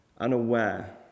unaware